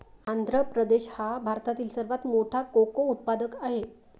आंध्र प्रदेश हा भारतातील सर्वात मोठा कोको उत्पादक आहे